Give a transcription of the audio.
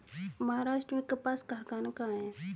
महाराष्ट्र में कपास कारख़ाना कहाँ है?